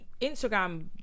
Instagram